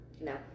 No